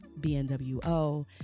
BNWO